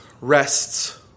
rests